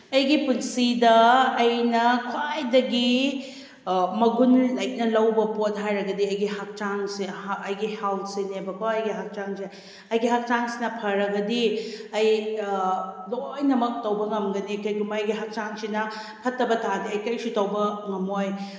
ꯑꯩꯒꯤ ꯄꯨꯟꯁꯤꯗ ꯑꯩꯅ ꯈ꯭ꯋꯥꯏꯗꯒꯤ ꯃꯒꯨꯟ ꯂꯩꯅ ꯂꯧꯕ ꯄꯣꯠ ꯍꯥꯏꯔꯒꯗꯤ ꯑꯩꯒꯤ ꯍꯛꯆꯥꯡꯁꯦ ꯑꯩꯒꯤ ꯍꯦꯜꯠꯁꯤꯅꯦꯕꯀꯣ ꯑꯩꯒꯤ ꯍꯛꯆꯥꯡꯁꯦ ꯑꯩꯒꯤ ꯍꯛꯆꯥꯡꯁꯤꯅ ꯐꯔꯒꯗꯤ ꯑꯩ ꯂꯣꯏꯅꯃꯛ ꯇꯧꯕ ꯉꯝꯒꯅꯤ ꯀꯔꯤꯒꯨꯝꯕ ꯑꯩꯒꯤ ꯍꯛꯆꯥꯡꯁꯤꯅ ꯐꯠꯇꯕ ꯇꯥꯔꯗꯤ ꯑꯩ ꯀꯔꯤꯁꯨ ꯇꯧꯕ ꯉꯝꯃꯣꯏ